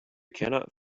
cannot